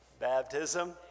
baptism